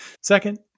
Second